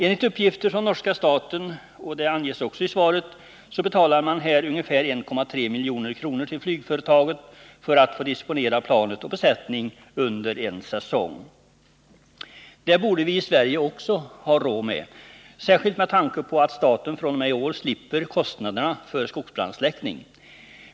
Enligt uppgifter från norska staten — det anges också i svaret — betalar man ungefär 1,3 milj.kr. till flygföretaget för att få disponera plan och besättning under en säsong. Det borde vi i Sverige också ha råd med, särskilt med tanke på att staten fr.o.m. i år slipper kostnaderna för skogsbrandsläckning.